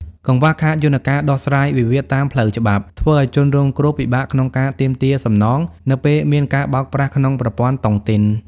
កង្វះខាតយន្តការដោះស្រាយវិវាទតាមផ្លូវច្បាប់ ធ្វើឱ្យជនរងគ្រោះពិបាកក្នុងការទាមទារសំណង នៅពេលមានការបោកប្រាស់ក្នុងប្រព័ន្ធតុងទីន។